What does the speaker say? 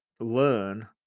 learn